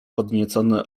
podniecony